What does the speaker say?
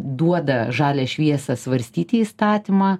duoda žalią šviesą svarstyti įstatymą